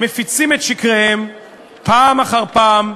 מפיצים את שקריהם פעם אחר פעם,